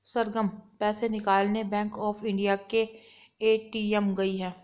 सरगम पैसे निकालने bank of India के ए.टी.एम गई है